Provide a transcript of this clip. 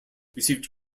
received